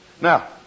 Now